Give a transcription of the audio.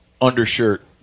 undershirt